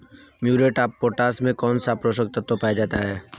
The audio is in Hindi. म्यूरेट ऑफ पोटाश में कौन सा पोषक तत्व पाया जाता है?